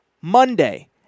Monday